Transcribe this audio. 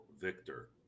Victor